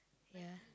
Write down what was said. ya